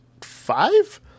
five